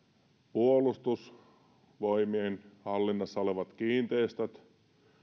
puolustusvoimien hallinnassa olevat kiinteistöt